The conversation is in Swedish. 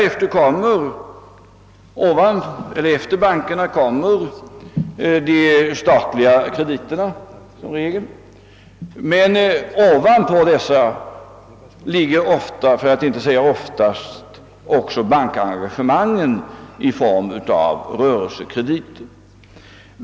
Efter bankerna kommer som regel de statliga krediterna, men ovanpå dessa ligger ofta, för att inte säga oftast, också bankengagemang i form av rörelsekrediter.